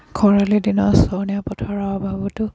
খৰালি দিনত চৰণীয়া পথাৰৰ অভাৱতো